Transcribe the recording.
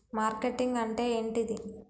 Marketing అంటే ఏంటిది?